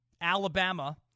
Alabama